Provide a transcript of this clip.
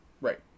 Right